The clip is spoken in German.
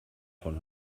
von